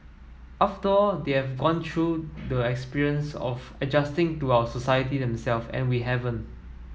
after all they have gone through the experience of adjusting to our society them self and we haven't